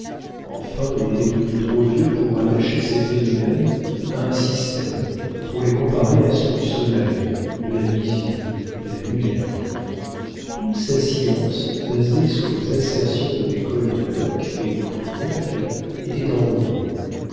enfin il était devenu trop vieux pour rattacher ces phénomènes à un système pour les comparer à ceux du sommeil de la vision de la lumière toute sa science basée sur les assertions de l'école de locke et condillac était en ruines